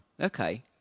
Okay